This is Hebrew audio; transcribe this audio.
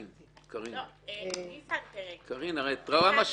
קארין, קארין, את רואה מה שקורה,